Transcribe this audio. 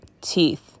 teeth